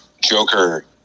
Joker